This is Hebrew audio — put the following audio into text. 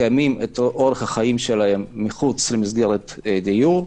מקיימים את אורח חייהם מחוץ למסגרת דיור,